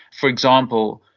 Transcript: for example,